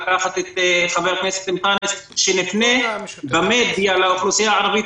לקחת את חבר הכנסת אנטאנס שנפנה במדיה לאוכלוסייה הערבית,